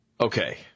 Okay